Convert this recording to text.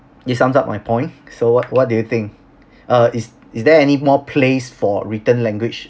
it sums up my point so what what do you think uh is is there any more place for written language